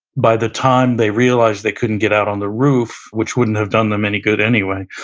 by the time they realized they couldn't get out on the roof, which wouldn't have done them any good anyway,